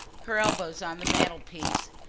her elbows on the mantelpiece,